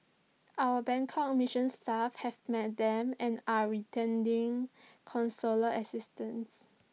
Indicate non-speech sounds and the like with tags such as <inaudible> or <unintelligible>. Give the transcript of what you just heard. our Bangkok mission staff have met them and are <unintelligible> consular assistance